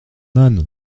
âne